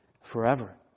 forever